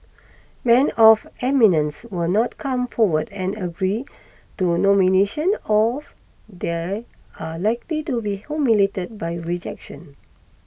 men of eminence will not come forward and agree to nomination of they are likely to be humiliated by rejection